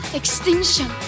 extinction